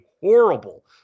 horrible